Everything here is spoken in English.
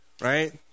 right